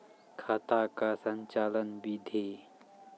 खाता का संचालन बिधि?